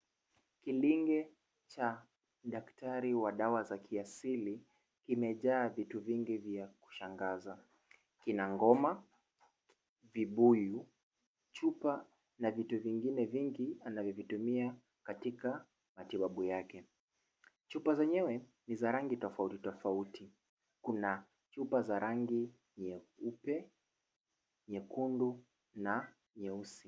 Kilinge cha daktari wa dawa za kiasili kimejaa vitu vingi vya kushangaza. Kina ngoma, vibuyu, chupa na vitu vingine vingi anavyovitumia katika matibabu yake. Chupa zenyewe ni za rangi tofauti tofauti. Kuna chupa za rangi nyeupe, nyekundu na nyeusi.